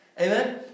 Amen